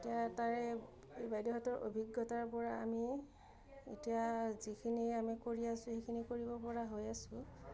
এতিয়া তাৰে বাইদেউহঁতৰ অভিজ্ঞতাৰপৰা আমি এতিয়া যিখিনি আমি কৰি আছোঁ সেইখিনি কৰিব পৰা হৈ আছোঁ